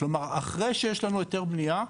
כלומר אחרי שיש לנו היתר בניה,